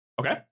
Okay